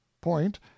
point